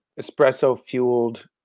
espresso-fueled